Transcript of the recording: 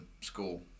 school